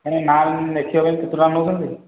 ଆପଣ ନାଁ ଲେଖିବା ପାଇଁ କେତେ ଟଙ୍କା ନେଉଛନ୍ତି